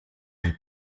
they